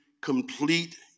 complete